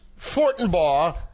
Fortenbaugh